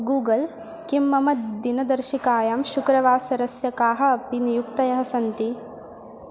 Google किं मम दिनदर्शिकायां शुक्रवासरस्य काः अपि नियुक्तयः सन्ति